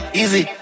easy